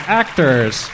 actors